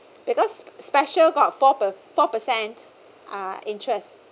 because special got four per~ four percent uh interest